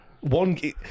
One